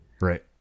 Right